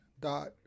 dot